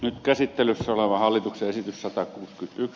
nyt käsittelyssä oleva hallituksen esitys jota on